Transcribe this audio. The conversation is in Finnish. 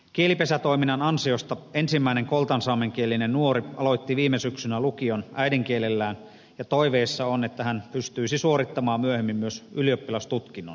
kielipesätoiminnan ansiosta ensimmäinen koltansaamenkielinen nuori aloitti viime syksynä lukion äidinkielellään ja toiveissa on että hän pystyisi suorittamaan myöhemmin myös ylioppilastutkinnon koltansaameksi